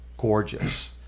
gorgeous